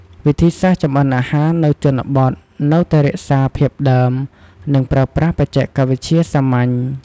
វិធីសាស្ត្រចម្អិនអាហារនៅជនបទនៅតែរក្សាភាពដើម និងប្រើប្រាស់បច្ចេកវិទ្យាសាមញ្ញ។